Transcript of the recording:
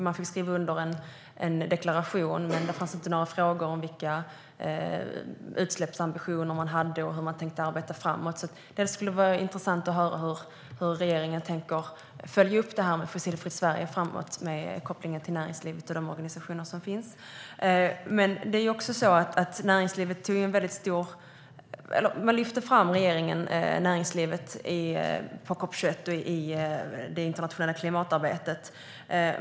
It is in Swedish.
Man fick skriva under en deklaration, men det fanns inte några frågor om vilka utsläppsambitioner man hade och hur man tänkte arbeta framåt. Det skulle vara intressant att höra hur regeringen tänker följa upp Fossilfritt Sverige med kopplingar till näringslivet och de organisationer som finns. Regeringen har lyft fram näringslivet på COP 21 och i det internationella klimatarbetet.